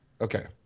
Okay